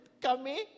kami